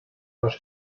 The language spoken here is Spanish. los